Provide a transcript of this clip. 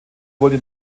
wurde